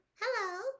hello